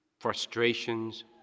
frustrations